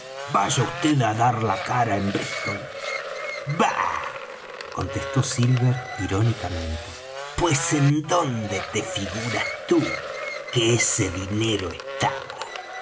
vaya vd á dar la cara en brístol bah contestó silver irónicamente pues en dónde te figuras tú que ese dinero estaba